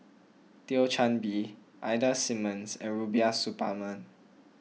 Thio Chan Bee Ida Simmons and Rubiah Suparman